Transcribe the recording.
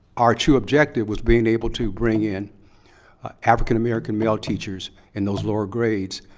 our true objective was being able to bring in african-american male teachers in those lower grades.